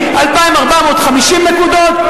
2,450 נקודות,